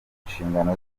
inshingano